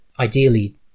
Ideally